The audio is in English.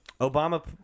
Obama